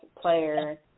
player –